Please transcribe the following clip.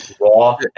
raw